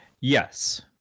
Yes